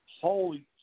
holy